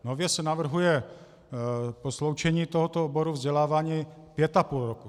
Nově se navrhuje sloučení tohoto oboru vzdělávání pět a půl roku.